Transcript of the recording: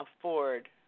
afford